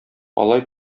алай